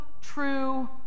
true